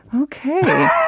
Okay